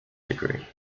degree